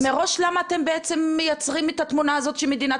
אז מראש למה אתם בעצם מייצרים את התמונה הזאת שמדינת